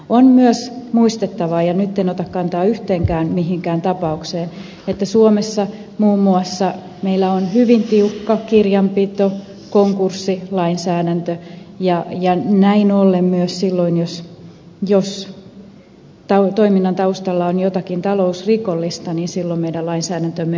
on myös muistettava ja nyt en ota kantaa mihinkään tapaukseen että suomessa meillä on muun muassa hyvin tiukka kirjanpito konkurssilainsäädäntö ja näin ollen myös silloin jos siis jos toiminnan taustalla on jotakin talousrikollista meidän lainsäädäntömme on kunnossa